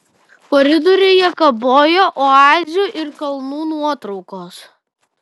koridoriuje kabojo oazių ir kalnų nuotraukos